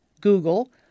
Google